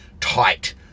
tight